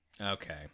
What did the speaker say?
Okay